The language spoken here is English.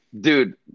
Dude